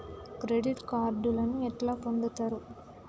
Credit కార్డులను ఎట్లా పొందుతరు?